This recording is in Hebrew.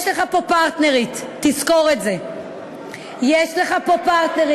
יש לך פה פרטנרית, תזכור את זה, יש לך פה פרטנרית.